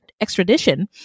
extradition